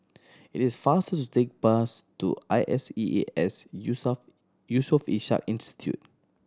it is faster to take bus to I S E A S Yusof Yusof Ishak Institute